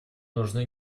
нужны